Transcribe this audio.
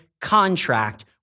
contract